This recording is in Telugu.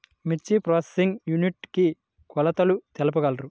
మిర్చి ప్రోసెసింగ్ యూనిట్ కి కొలతలు తెలుపగలరు?